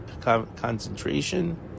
concentration